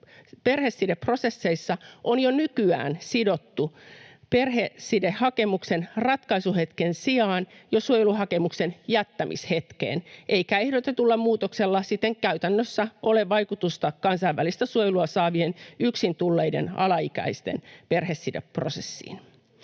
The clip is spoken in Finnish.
perhesideprosesseissa on jo nykyään sidottu perhesidehakemuksen ratkaisuhetken sijaan jo suojeluhakemuksen jättämishetkeen, eikä ehdotetulla muutoksella siten käytännössä ole vaikutusta kansainvälistä suojelua saavien yksin tulleiden alaikäisten perhesideprosessiin.